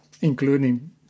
including